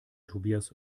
tobias